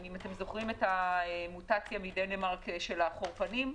אם אתם זוכרים את המוטציה מדנמרק של החורפנים?